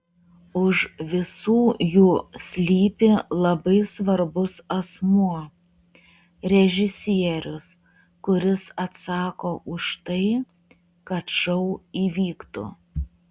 už visų jų slypi labai svarbus asmuo režisierius kuris atsako už tai kad šou įvyktų